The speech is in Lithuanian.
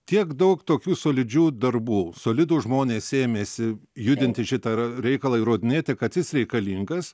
tiek daug tokių solidžių darbų solidūs žmonės ėmėsi judinti šitą r reikalą įrodinėti kad jis reikalingas